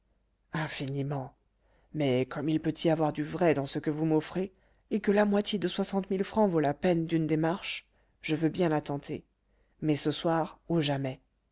infiniment mais comme il peut y avoir du vrai dans ce que vous m'offrez et que la moitié de soixante mille francs vaut la peine d'une démarche je veux bien la tenter mais ce soir ou jamais